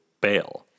Bail